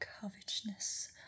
covetousness